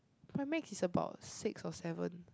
my max is about six or seven